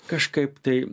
kažkaip tai